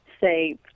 say